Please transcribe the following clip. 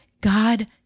God